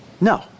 No